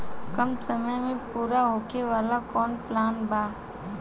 कम समय में पूरा होखे वाला कवन प्लान बा?